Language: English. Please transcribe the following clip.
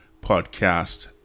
podcast